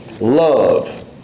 love